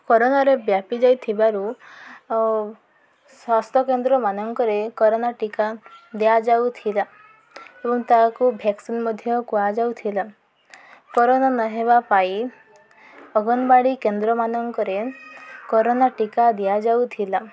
କରୋନାରେ ବ୍ୟାପି ଯାଇଥିବାରୁ ସ୍ୱାସ୍ଥ୍ୟ କେନ୍ଦ୍ରମାନଙ୍କରେ କରୋନା ଟୀକା ଦିଆଯାଉଥିଲା ଏବଂ ତାହାକୁ ଭ୍ୟାକ୍ସିନ୍ ମଧ୍ୟ କୁହାଯାଉଥିଲା କରୋନା ନ ହେବା ପାଇଁ ଅଙ୍ଗନବାଡ଼ି କେନ୍ଦ୍ରମାନଙ୍କରେ କରୋନା ଟୀକା ଦିଆଯାଉଥିଲା